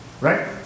Right